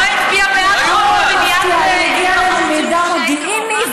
כל רצונה הוא לפתח נשק גרעיני,